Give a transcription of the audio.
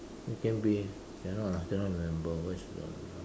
it can be cannot lah cannot remember what is the no